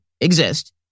exist